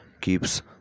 keeps